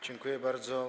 Dziękuję bardzo.